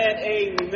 Amen